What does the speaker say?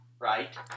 right